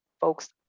folks